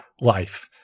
life